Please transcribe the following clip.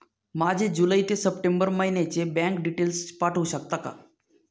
माझे जुलै ते सप्टेंबर महिन्याचे बँक डिटेल्स पाठवू शकता का?